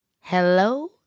Hello